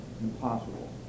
impossible